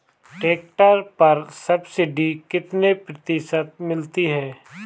Tractor पर subsidy कितने प्रतिशत मिलती है?